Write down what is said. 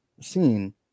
seen